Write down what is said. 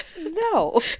no